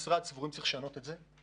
והמשרד שלנו חושב שצריך לשנות את זה.